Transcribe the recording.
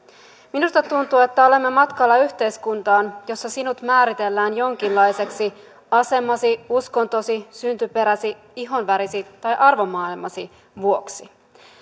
minusta tuntuu että olemme matkalla yhteiskuntaan jossa sinut määritellään jonkinlaiseksi asemasi uskontosi syntyperäsi ihonvärisi tai arvomaailmasi vuoksi